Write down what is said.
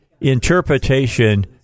interpretation